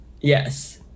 Yes